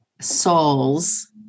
souls